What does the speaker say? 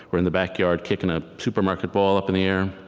were in the backyard kicking a supermarket ball up in the air.